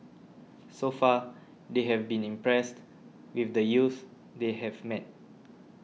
so far they have been impressed with the youths they have met